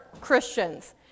Christians